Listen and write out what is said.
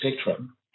spectrum